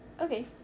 Okay